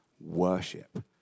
worship